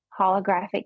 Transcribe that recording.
holographic